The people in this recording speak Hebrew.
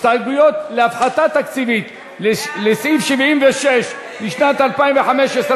ההסתייגויות בדבר הפחתה תקציבית לסעיף 76 לשנת 2015,